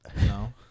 No